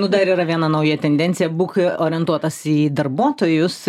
nu dar yra viena nauja tendencija būk orientuotas į darbuotojus